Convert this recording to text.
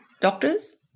doctors